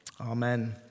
amen